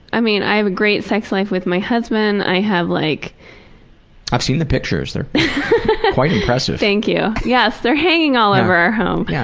i mean, i have a great sex life with my husband, i have like, paul i've seen the pictures, they're quite impressive. thank you. yes, they're hanging all over our home. yeah